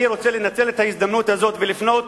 אני רוצה לנצל את ההזדמנות הזאת ולפנות